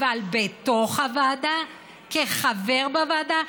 אבל בתוך הוועדה, כחבר בוועדה?